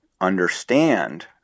understand